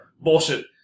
Bullshit